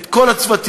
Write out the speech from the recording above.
את כל הצוותים,